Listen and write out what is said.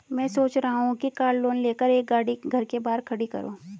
मैं सोच रहा हूँ कि कार लोन लेकर एक गाड़ी घर के बाहर खड़ी करूँ